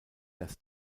das